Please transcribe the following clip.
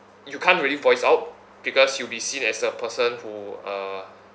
you can't really voice out because you'll be seen as a person who uh